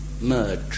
merge